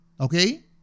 Okay